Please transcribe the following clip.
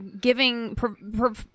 giving